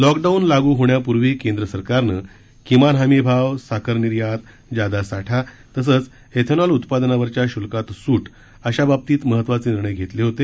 lockdown लागू होण्यापूर्वी केंद्र सरकारने किमान हमी भाव साखर निर्यात जादा साठा तसंच एथेनॉल उत्पादनावरच्या शुल्कात सूट अशा बाबतीत महत्त्वाचे निर्णय घेतले होते